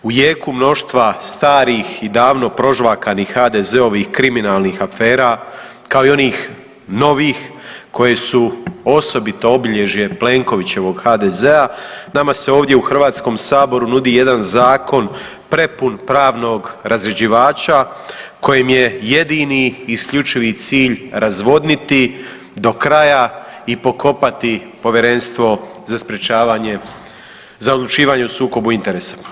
U jeku mnoštva starih i davno prožvakanih HDZ-ovih kriminalnih afera, kao i onih novih koji su osobito obilježje Plenkovićevog HDZ-a nama se ovdje u HS nudi jedan zakon prepun pravnog razrjeđivača kojim je jedini i isključivi cilj razvodniti do kraja i pokopati Povjerenstvo za sprječavanje, za odlučivanje o sukobu interesa.